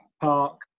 Park